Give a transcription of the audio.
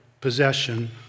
possession